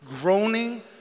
groaning